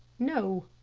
no.